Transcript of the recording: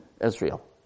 Israel